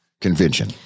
Convention